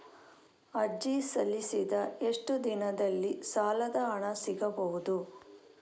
ಅರ್ಜಿ ಸಲ್ಲಿಸಿದ ಎಷ್ಟು ದಿನದಲ್ಲಿ ಸಾಲದ ಹಣ ಸಿಗಬಹುದು?